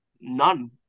none